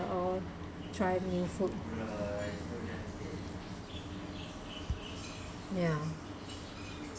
try new food ya